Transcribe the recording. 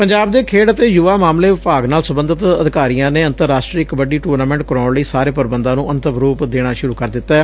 ਪੰਜਾਬ ਦੇ ਖੇਡ ਅਤੇ ਯੁਵਾ ਮਾਮਲੇ ਵਿਭਾਗ ਨਾਲ ਸਬੰਧਿਤ ਅਧਿਕਾਰੀਆਂ ਨੇ ਅੰਤਰਰਾਸ਼ਟਰੀ ਕਬੱਡੀ ਟੁਰਨਾਮੈਂਟ ਕਰਵਾਉਣ ਲਈ ਸਾਰੇ ਪ੍ਬੰਧਾਂ ਨੂੰ ਅੰਤਿਮ ਰੂਪ ਦੇਣਾ ਸ਼ੁਰੂ ਕਰ ਦਿੱਤੈ